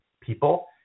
people